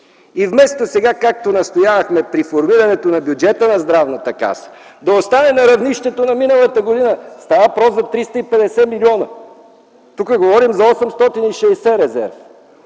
Вместо както сега настоявахме – формирането на бюджета на Здравната каса да остане на равнището на миналата година, става въпрос за 350 млн. лв., тук говорим за 860 млн.